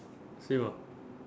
same ah